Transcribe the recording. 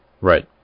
Right